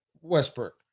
Westbrook